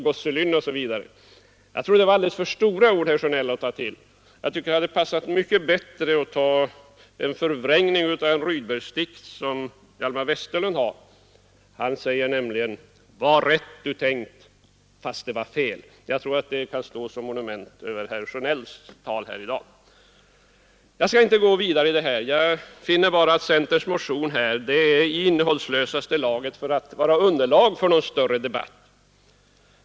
Jag tror att det var alldeles för stora ord, herr Sjönell, att ta till; jag tycker att det hade passat mycket bättre att välja en förvrängning av en Viktor Rydbergsdikt som Alfred Vestlund gjort. Han säger nämligen: ”Vad rätt du tänkt, fast det var fel.” Jag tror att de orden kan stå som monument över herr Sjönells tal här i dag. Jag skall inte gå vidare med detta. Jag finner bara att centerns motion är i innehållslösaste laget för att kunna vara underlag för någon större debatt.